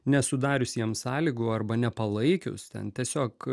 nesudariusiems sąlygų arba nepalaikius ten tiesiog